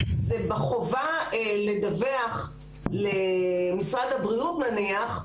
זה בחובה לדווח למשרד הבריאות נניח,